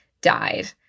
died